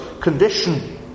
condition